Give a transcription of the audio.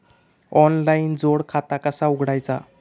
Online जोड खाता कसा उघडायचा?